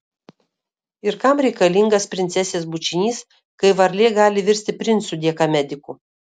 ir kam reikalingas princesės bučinys kai varlė gali virsti princu dėka medikų